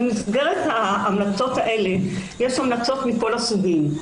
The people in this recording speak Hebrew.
במסגרת ההמלצות האלה יש המלצות מכל הסוגים.